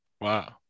wow